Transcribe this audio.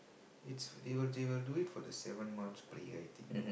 it's they will they will do it for the seventh month's prayer I think